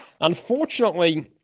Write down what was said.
Unfortunately